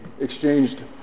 exchanged